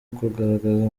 kugaragaza